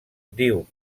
diu